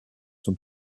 sont